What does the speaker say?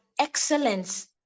excellence